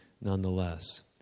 nonetheless